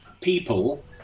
people